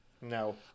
no